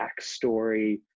backstory